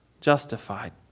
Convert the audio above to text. justified